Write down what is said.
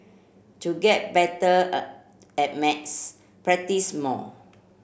to get better a at maths practise more